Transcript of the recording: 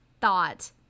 thought